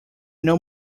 know